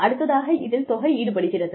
அடுத்ததாக இதில் தொகை ஈடுபடுகிறது